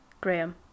Graham